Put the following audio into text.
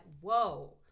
whoa